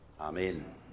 amen